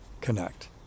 connect